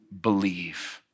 believe